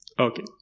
Okay